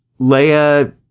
Leia